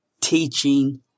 teaching